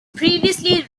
previously